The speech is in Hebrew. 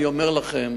אני אומר לכם,